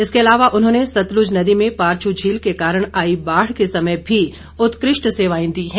इसके अलावा उन्होंने सतलुज नदी में पारछू झील के कारण आई बाढ़ के समय भी उत्कृष्ट सेवाएं दी हैं